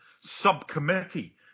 subcommittee